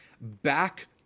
back